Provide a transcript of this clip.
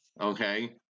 Okay